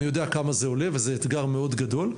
אני יודע כמה זה עולה וזה אתגר מאוד גדול.